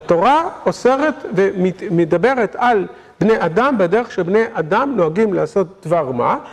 תורה אוסרת ומדברת על בני אדם בדרך שבני אדם נוהגים לעשות דבר מה.